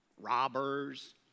robbers